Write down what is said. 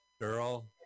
Girl